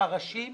הפרשים,